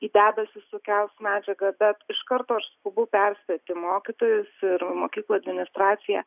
į debesį sukels medžiagą bet iš karto aš skubu perspėti mokytojus ir mokyklų administraciją